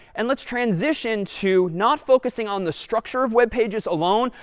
and let's transition to not focusing on the structure of web pages alone,